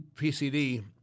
PCD